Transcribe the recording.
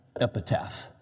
epitaph